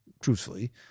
truthfully